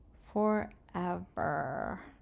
forever